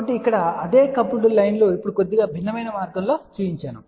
కాబట్టి ఇక్కడ అదే కపుల్డ్ లైన్ లు ఇప్పుడు కొద్దిగా భిన్నమైన మార్గంలో చూపించబడ్డాయి